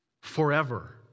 forever